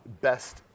best